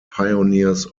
pioneers